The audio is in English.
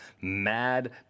mad